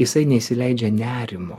jisai neįsileidžia nerimo